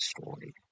story